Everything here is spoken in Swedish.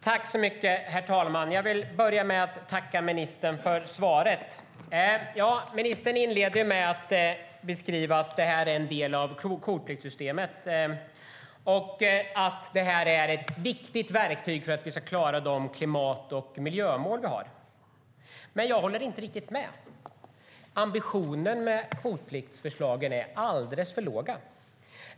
Herr talman! Jag tackar ministern för svaret. Ministern inleder med att säga att det är en del av kvotpliktssystemet och att det är ett viktigt verktyg för att vi ska klara de klimat och miljömål vi har. Jag håller inte riktigt med. Ambitionen med kvotpliktsförslagen är alldeles för låga.